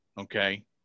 okay